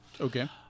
Okay